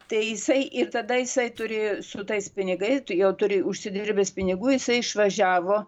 tai jisai ir tada jisai turėjo su tais pinigais tai jau turi užsidirbęs pinigų jisai išvažiavo